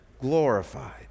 glorified